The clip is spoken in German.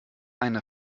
eine